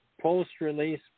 post-release